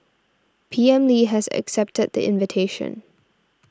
P M Lee has accepted the invitation